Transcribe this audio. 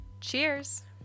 cheers